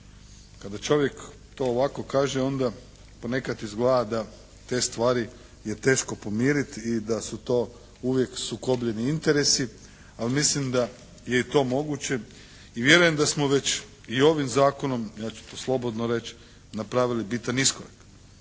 Kada čovjek to ovako kaže onda ponekad izgleda da te stvari je teško pomiriti i da su to uvijek sukobljeni interesi, ali mislim da je i to moguće i vjerujem da smo već i ovim zakonom, ja ću to slobodno reći, napravili bitan iskorak.